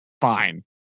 fine